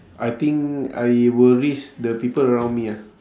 I think I will risk the people around me ah